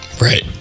right